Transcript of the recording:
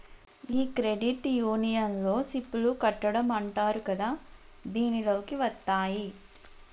ఈ క్రెడిట్ యూనియన్లో సిప్ లు కట్టడం అంటారు కదా దీనిలోకి వత్తాయి